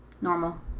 Normal